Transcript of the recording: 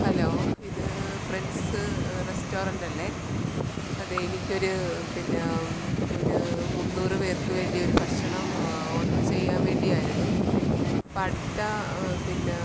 hello ഇത് friends റെസ്റ്റൊറൻറ്റല്ലെ അതെ എനിക്കൊരു പിന്നെ ഒരു മുന്നൂറു പേർക്ക് വേണ്ടിയൊരു ഭക്ഷണം ഓഡര് ചെയ്യാൻവേണ്ടിയായിരുന്നു അപ്പോള് അടുത്ത പിന്നെ